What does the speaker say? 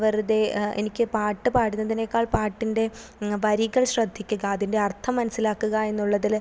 വെറുതെ എനിക്ക് പാട്ടു പാടുന്നതിനേക്കാൾ പാട്ടിൻ്റെ വരികൾ ശ്രദ്ധിക്കുക അതിൻ്റെ അർത്ഥം മനസ്സിലാക്കുക എന്നുള്ളതിൽ